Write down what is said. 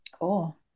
Cool